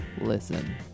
Listen